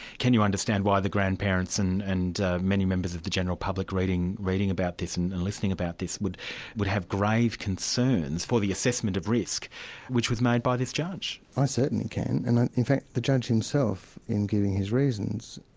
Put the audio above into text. can you understand why the grandparents and and many members of the general public reading reading about this and and listening to this, would would have grave concerns for the assessment of risk which was made by this judge? i certainly can, and in fact the judge himself in giving his reasons,